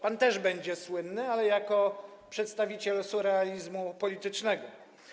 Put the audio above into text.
Pan też będzie słynny, ale jako przedstawiciel surrealizmu politycznego.